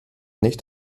nicht